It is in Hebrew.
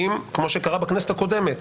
כמו שקרה בכנסת הקודמת,